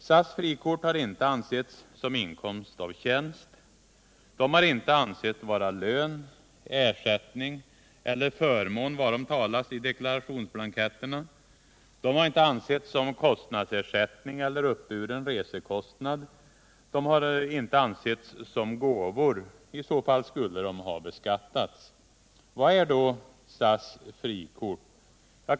SAS frikort har inte ansetts vara inkomst av tjänst, de har inte ansetts vara lön, ersättning eller förmån varom talas i deklarationsblanketterna, de har inte ansetts vara kostnadsersättning eller uppburen resekostnad, de har inte ansetts vara gåvor. I så fall skulle de ha beskattats. Vad är då SAS frikort?